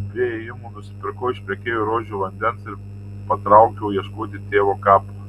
prie įėjimo nusipirkau iš prekeivio rožių vandens ir patraukiau ieškoti tėvo kapo